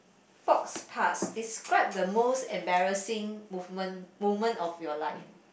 fox past describe the most embarrassing movement moment of your life